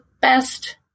best